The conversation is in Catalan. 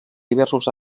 diversos